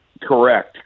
Correct